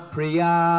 Priya